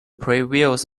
previous